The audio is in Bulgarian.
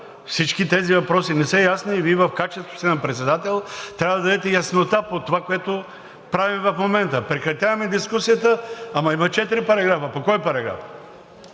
Всички тези въпроси не са ясни и Вие в качеството си на председател трябва да дадете яснота по това, което правим в момента. Прекратяваме дискусията, но има четири параграфа. По кой параграф?